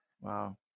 Wow